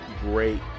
great